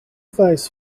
vais